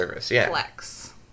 Flex